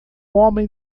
homem